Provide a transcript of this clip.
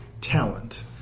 talent